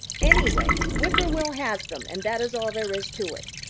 anyway, whip-poor-will has them and that is all there is to it.